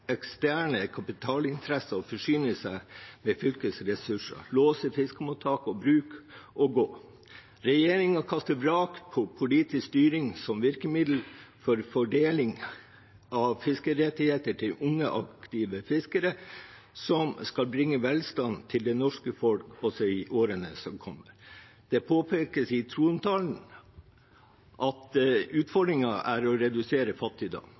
eksterne kapitalinteresser å forsyne seg med fylkets ressurser, låse fiskemottak og -bruk og gå. Regjeringen kaster vrak på politisk styring som virkemiddel for fordeling av fiskerettigheter til unge, aktive fiskere som skal bringe velstand til det norske folk også i årene som kommer. Det påpekes i trontalen at utfordringen er å redusere fattigdom.